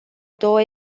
două